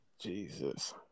Jesus